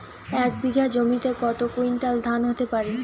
এক বিঘা জমিতে কত কুইন্টাল ধান হতে পারে?